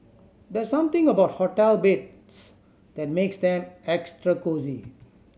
there's something about hotel beds that makes them extra cosy